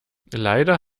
leider